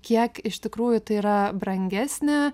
kiek iš tikrųjų tai yra brangesnė